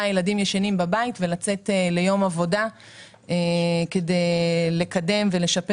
ילדים ישנים בבית ולצאת ליום עבודה כדי לקדם ולשפר